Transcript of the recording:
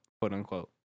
quote-unquote